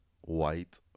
white